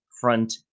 front